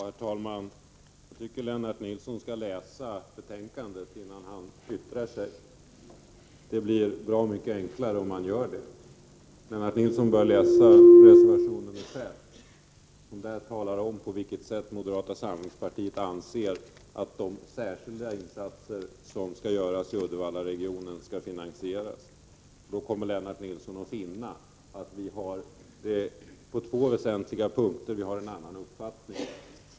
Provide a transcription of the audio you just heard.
Herr talman! Jag tycker att Lennart Nilsson skall läsa betänkandet innan han yttrar sig. Det blir bra mycket enklare om han gör det. Lennart Nilsson bör läsa reservation nr 5; där talas om på vilket sätt moderata samlingspartiet anser att de särskilda insatserna i Uddevallaregionen skall finansieras. Då kommer Lennart Nilsson att finna att vi på två väsentliga punkter har en annan uppfattning.